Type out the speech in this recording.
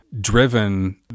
driven